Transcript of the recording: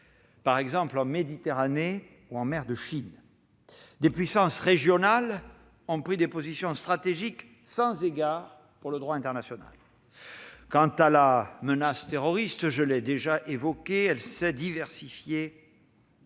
par exemple en Méditerranée ou en mer de Chine. Certaines puissances régionales ont pris des positions stratégiques sans égard pour le droit international. Quant à la menace terroriste, je l'ai déjà évoquée, elle s'est diversifiée